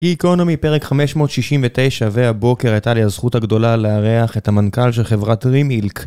גיקונומי פרק 569, והבוקר הייתה לי הזכות הגדולה לארח את המנכ"ל של חברת רימילק.